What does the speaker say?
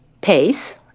pace